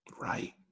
right